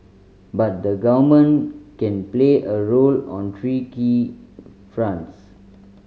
but the Government can play a role on three key fronts